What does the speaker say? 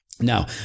Now